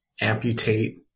amputate